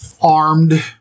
armed